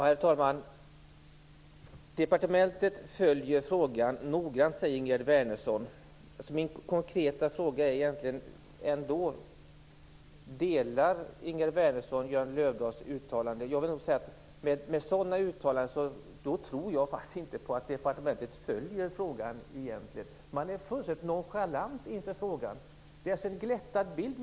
Herr talman! Departementet följer frågan noggrant, säger Ingegerd Wärnersson. Min konkreta fråga är ändå: Delar Ingegerd Wärnersson Jan Lövdahls uppfattning i hans uttalande? Genom att säga så tror jag inte att departementet egentligen följer frågan. Man är fullständigt nonchalant inför frågan. Man har skapat en glättad bild.